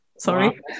sorry